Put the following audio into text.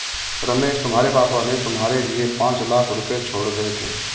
रमेश तुम्हारे पापा ने तुम्हारे लिए पांच लाख रुपए छोड़े गए थे